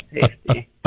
safety